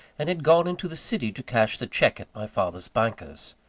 and had gone into the city to cash the cheque at my father's bankers.